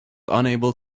unable